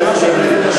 חבר הכנסת ריבלין, תודה.